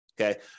okay